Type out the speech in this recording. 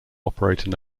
operator